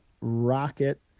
rocket